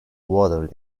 water